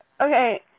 okay